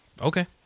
Okay